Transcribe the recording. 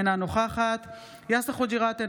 אינה נוכחת יאסר חוג'יראת,